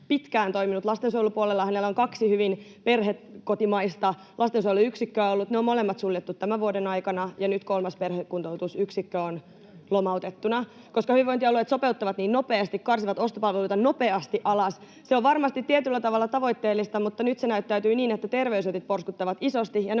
pitkään toiminut lastensuojelupuolella. Hänellä on ollut kaksi hyvin perhekotimaista lastensuojeluyksikköä, jotka on molemmat suljettu tämän vuoden aikana, ja nyt kolmas perhekuntoutusyksikkö on lomautettuna, koska hyvinvointialueet sopeuttavat niin nopeasti ja karsivat ostopalveluita nopeasti alas. Se on varmasti tietyllä tavalla tavoitteellista, mutta nyt se näyttäytyy niin, että terveysjätit porskuttavat isosti ja